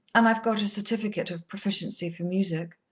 and i've got a certificate of proficiency for music.